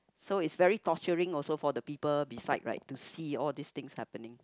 so is very torturing also for the people beside right to see all this things happening